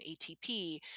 ATP